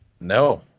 No